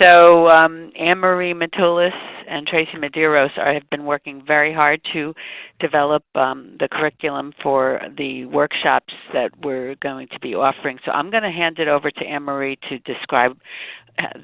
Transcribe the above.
so um annemarie matulis and tracy medeiros ah have been working very hard to develop the curriculum for the workshops that we're going to be offering. so i'm going to hand it over to annemarie to describe